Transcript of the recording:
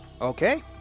Okay